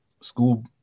school